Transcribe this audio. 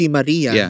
Maria